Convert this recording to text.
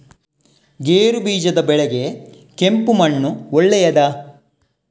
ಗೇರುಬೀಜದ ಬೆಳೆಗೆ ಕೆಂಪು ಮಣ್ಣು ಒಳ್ಳೆಯದಾ?